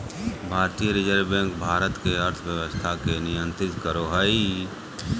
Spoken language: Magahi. भारतीय रिज़र्व बैक भारत के अर्थव्यवस्था के नियन्त्रित करो हइ